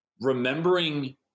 remembering